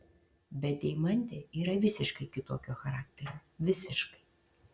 bet deimantė yra visiškai kitokio charakterio visiškai